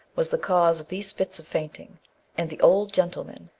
was the cause of these fits of fainting and the old gentleman,